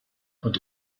und